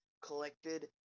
collected